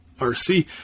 RC